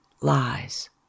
lies